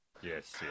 Yes